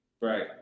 right